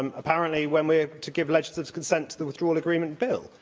um apparently, when we're to give legislative consent to the withdrawal agreement bill,